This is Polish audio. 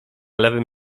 lewym